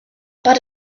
but